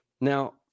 now